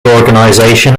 organization